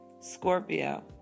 Scorpio